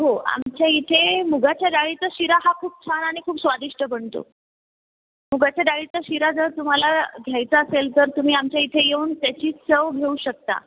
हो आमच्या इथे मुगाच्या डाळीचा शिरा हा खूप छान आणि खूप स्वादिष्ट बनतो मुगाच्या डाळीचा शिरा जर तुम्हाला घ्यायचा असेल तर तुम्ही आमच्या इथे येऊन त्याची चव घेऊ शकता